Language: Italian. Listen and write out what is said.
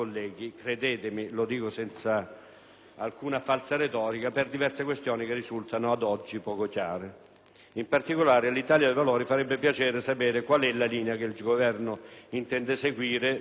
In particolare, all'Italia dei Valori farebbe piacere sapere qual è la linea che il Governo intende seguire soprattutto in relazione alle importanti missioni in Medio Oriente a cui l'Italia partecipa